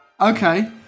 Okay